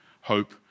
hope